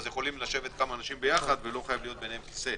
יכולים לשבת כמה אנשים יחד ולא חייב להיות ביניהם כיסא,